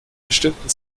bestimmten